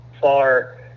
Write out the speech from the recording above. far